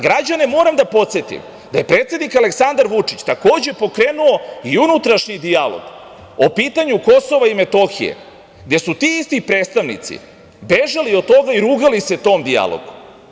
Građane moram da podsetim da je predsednik Aleksandar Vučić takođe pokrenuo i unutrašnji dijalog o pitanju KiM, gde su ti isti predstavnici bežali od toga i rugali se tom dijalogu.